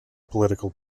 political